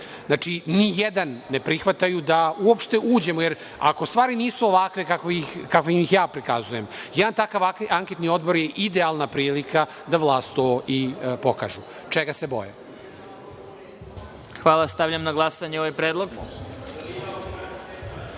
znači ni jedan ne prihvataju da uopšte uđemo, jer ako stvari nisu ovakve kako ih ja prikazujem, jedan takav anketni odbor je idealna prilika da vlast to i pokaže, čega se boje. **Vladimir Marinković**